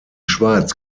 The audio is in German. schweiz